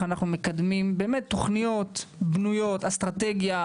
אנחנו מקדמים באמת תוכניות עם אסטרטגיה,